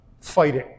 fighting